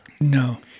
No